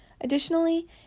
Additionally